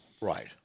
Right